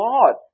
God